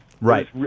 right